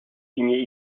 signer